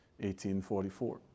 1844